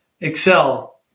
Excel